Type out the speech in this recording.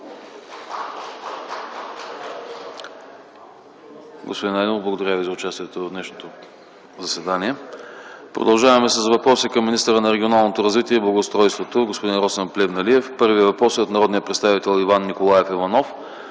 благодаря Ви за участието в днешното заседание. Продължаваме с въпроси към министъра на регионалното развитие и благоустройството господин Росен Плевнелиев. Първият въпрос е от народния представител Иван Николаев Иванов